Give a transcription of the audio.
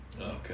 Okay